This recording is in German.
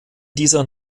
dieser